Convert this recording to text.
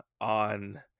on